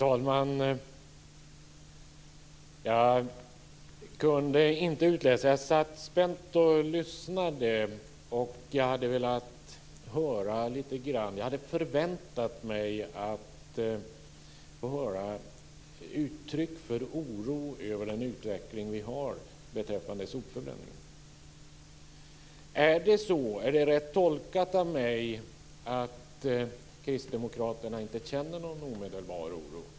Herr talman! Jag satt spänt och lyssnade och hade förväntat mig att få höra uttryck för oro över den utveckling som vi har beträffande sopförbränningen. Är det rätt tolkat av mig att kristdemokraterna inte känner någon omedelbar oro?